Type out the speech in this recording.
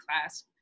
class